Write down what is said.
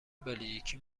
بلژیکی